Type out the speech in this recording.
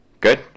good